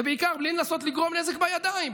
ובעיקר לנסות לגרום נזק בידיים,